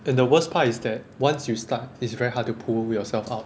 and the worst part is that once you start it's very hard to pull yourself out